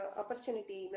opportunity